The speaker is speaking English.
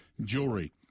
Jewelry